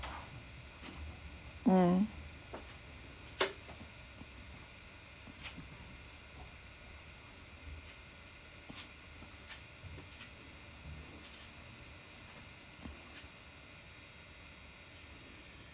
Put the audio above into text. mm